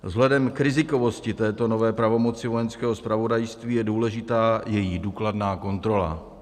Vzhledem k rizikovosti této nové pravomoci Vojenského zpravodajství je důležitá její důkladná kontrola.